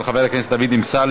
של חבר הכנסת דוד אמסלם.